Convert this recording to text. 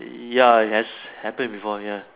ya has happened before ya